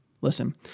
Listen